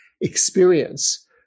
experience